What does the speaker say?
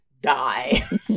die